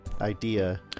idea